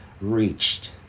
reached